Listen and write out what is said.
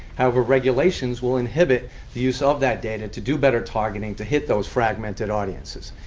however, regulations will inhibit the use of that data to do better targeting, to hit those fragmented audiences.